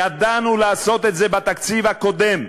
ידענו לעשות את זה בתקציב הקודם.